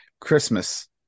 christmas